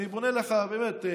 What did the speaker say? אני פונה אליך באמת,